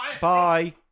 Bye